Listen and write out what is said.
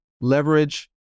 leverage